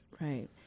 right